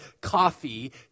coffee